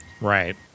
Right